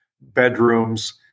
bedrooms